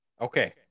Okay